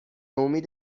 امید